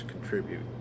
contribute